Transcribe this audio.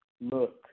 look